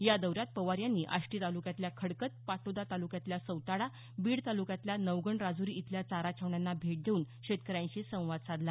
या दौऱ्यात पवार यांनी आष्टी तालुक्यातल्या खडकत पाटोदा तालुक्यातल्या सौताडा बीड तालुक्यातल्या नवगण राजुरी इथल्या चारा छावण्यांना भेट देऊन शेतकऱ्यांशी संवाद साधला